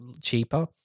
cheaper